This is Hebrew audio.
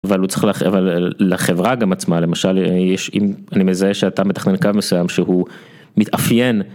אבל הוא צריך ל.. לחברה גם עצמה למשל יש, אם אני מזהה שאתה מתכנן קו מסוים שהוא מתאפיין.